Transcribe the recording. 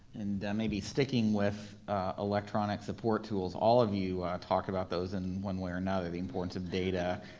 and maybe sticking with electronic support tools, all of you talk about those in one way or another, the importance of data,